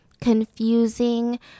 confusing